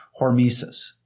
hormesis